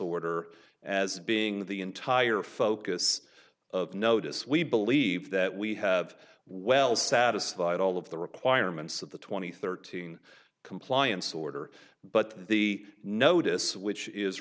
order as being the entire focus of notice we believe that we have well satisfied all of the requirements of the two thousand and thirteen compliance order but the notice which is